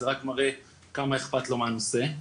זה רק מראה כמה אכפת לו מהנושא.